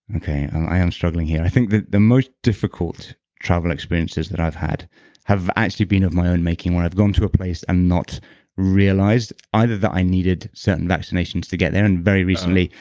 okay. i am struggling here. i think that the most difficult travel experiences that i've had have actually been of my own making, where i've gone to a place and not realized either that i needed certain vaccinations to get there. and very recently,